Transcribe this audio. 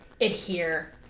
adhere